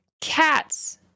cats